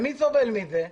מי סובל מזה?